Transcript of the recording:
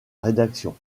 rédaction